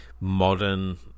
modern